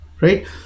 right